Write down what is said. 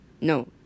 No